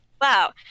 wow